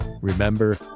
Remember